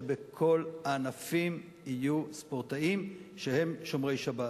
שבכל הענפים יהיו ספורטאים שהם שומרי שבת.